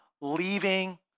leaving